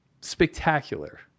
spectacular